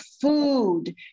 food